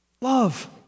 Love